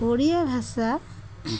ଓଡ଼ିଆ ଭାଷା